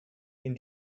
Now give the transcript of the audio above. ihn